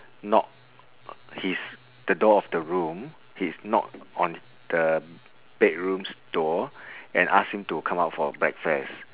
knock his the door of the room his knock on the bedroom's door and ask him to come out for breakfast